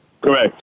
Correct